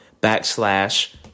backslash